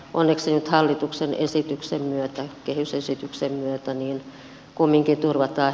onneksi nyt hallituksen kehysesityksen myötä kumminkin turvataan heille opiskelupaikka